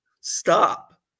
Stop